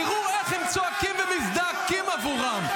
תראו איך הם צועקים ומזדעקים עבורם.